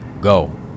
go